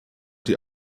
die